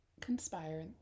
conspire